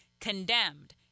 condemned